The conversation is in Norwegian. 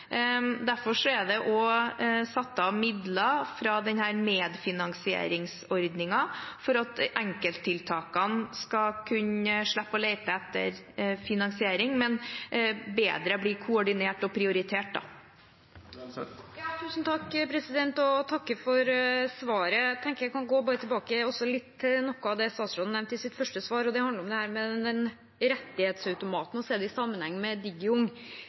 Derfor er det satt av midler fra denne medfinansieringsordningen for at enkelttiltakene skal kunne slippe å lete etter finansiering, men bedre bli koordinert og prioritert. Jeg takker for svaret. Jeg tenker jeg kan gå litt tilbake til noe av det statsråden nevnte i sitt første svar, og det handler om denne rettighetsautomaten sett i sammenheng med DIGI-UNG. Det framstår positivt at man ser flere ulike tiltak i sammenheng,